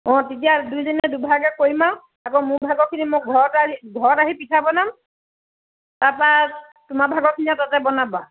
অ তেতিয়া দুয়োজনীয়ে দুভাগে কৰিম আৰু আকৌ মোৰ ভাগৰখিনি মই ঘৰত আ ঘৰত আহি পিঠা বনাম তাৰপৰা তোমাৰ ভাগৰখিনি আৰু তাতে বনাবা